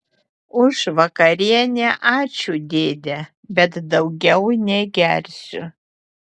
už vakarienę ačiū dėde bet daugiau negersiu